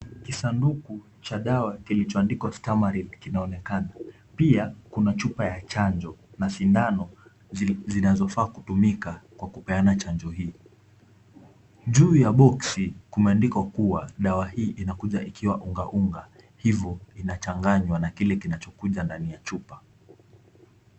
Kisanduku cha dawa kilichoandikwa Stamaril kinaonekana. Pia kuna chupa ya chanjo na sindano zinazofaa kutumika kwa kupeana chanjo hiyo. Juu ya boksi kumeandikwa kuwa dawa hii inakuja ikiwa unga unga, hivo inachanganya na kile kinachokuja ndani ya chupa.